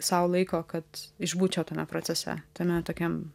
sau laiko kad išbūčiau tame procese tame tokiam